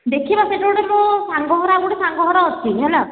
ଦେଖିବା ସେଇଠି ଗୋଟେ ମୋ ସାଙ୍ଗ ଘର ଆଉ ଗୋଟେ ସାଙ୍ଗ ଘର ଅଛି ହେଲା